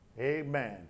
Amen